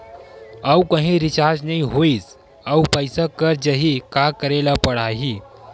आऊ कहीं रिचार्ज नई होइस आऊ पईसा कत जहीं का करेला पढाही?